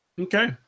Okay